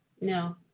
No